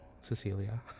Cecilia